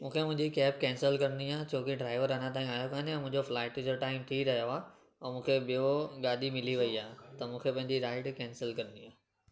मूंखे मुंहिंजी cab cancel करिणी आहे छोकी ड्राइवर अञा ताईं आयो कोने ऐं मुंहिंजो फ्लाइट जो टाइम थी रहियो आहे ऐं मूंखे ॿियों गाॾी मिली वेई आहे त मूंखे पंहिंजी राइड कैंसिल करिणी आहे